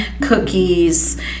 cookies